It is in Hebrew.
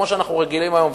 כמו שאנחנו רגילים היום,